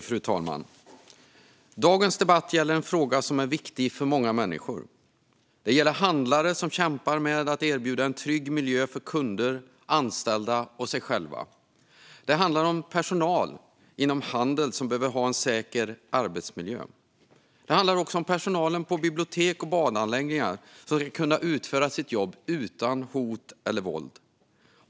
Fru talman! Dagens debatt gäller en fråga som är viktig för många människor. Det gäller handlare som kämpar med att erbjuda en trygg miljö för kunder, anställda och sig själva. Det handlar om personal inom handeln som behöver ha en säker arbetsmiljö. Det handlar också om personal på bibliotek och badanläggningar som ska kunna utföra sitt jobb utan hot och våld.